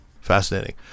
Fascinating